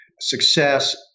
success